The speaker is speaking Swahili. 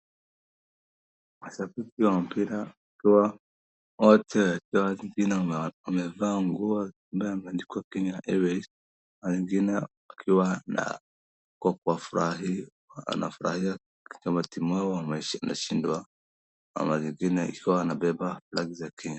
Mashabiki wa mpira wakiwa wote wengine wakiwa wamevaa nguo ambayo imenadikwa Kenya Airways na wengine wakiwa wako kwa furaha, wanafurahia kama timu wao anashindwa, na wengine ikiwa wanabeba flag za Kenya.